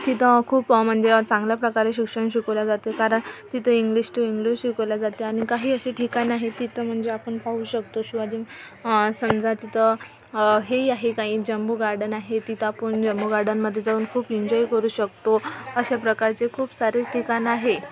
तिथं खूप म्हणजे चांगल्या प्रकारे शिक्षण शिकवल्या जाते कारण तिथे इंग्लिश टू इंग्लिश शिकवल्या जाते आणि काही अशी ठिकाणं आहेत तिथं म्हणजे आपण पाहू शकतो शिवाजी म समजा तितं हेही आहे काही जंबो गार्डन आहे तिथं आपण जंबो गार्डनमध्ये जाऊन खूप इन्जॉय करू शकतो अशा प्रकारचे खूप सारे ठिकाणंआहे